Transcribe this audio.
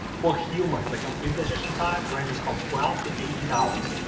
for humans, the complete digestion time ranges from twelve to eighteen hours.